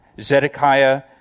Zedekiah